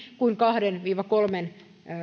kuin kahden viiva kolmen